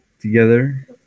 together